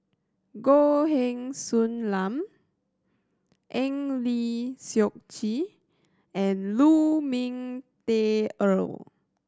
Goh Heng Soon Eng Lee Seok Chee and Lu Ming Teh Earl